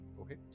Okay